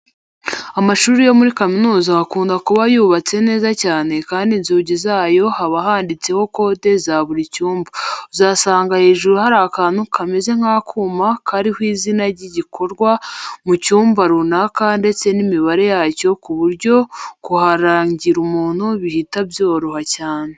Amashuri yo muri kaminuza akunda kuba yubatse neza cyane kandi inzugi zayo haba handitseho kode za buri cyumba. Uzasanga hejuru hari akantu kameze nk'akuma kariho izina ry'igikorerwa mu cyumba runaka ndetse n'imibare yacyo ku buryo kuharangira umuntu bihita byoroha cyane.